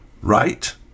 right